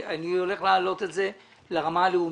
אני הולך להעלות את זה לרמה הלאומית.